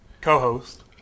Co-host